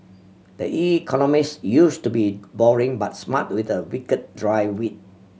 the Economist used to be boring but smart with a wicked dry wit